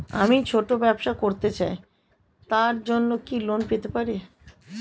আমি ছোট ব্যবসা করতে চাই তার জন্য কি লোন পেতে পারি?